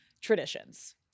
traditions